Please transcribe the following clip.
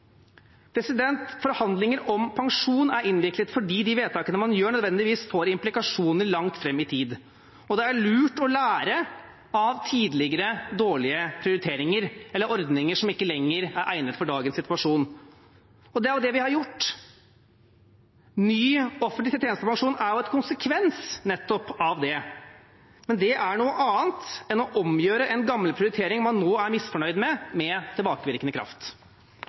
Forhandlinger om pensjon er innviklet fordi vedtakene man gjør, nødvendigvis får implikasjoner langt fram i tid. Det er lurt å lære av tidligere dårlige prioriteringer, eller ordninger som ikke lenger er egnet for dagens situasjon, og det er jo det vi har gjort. Ny offentlig tjenestepensjon er jo en konsekvens av nettopp det. Men det er noe annet enn å omgjøre en gammel prioritering man nå er misfornøyd med, med tilbakevirkende kraft.